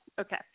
Okay